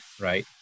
right